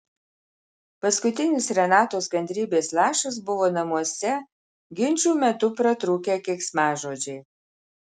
paskutinis renatos kantrybės lašas buvo namuose ginčų metu pratrūkę keiksmažodžiai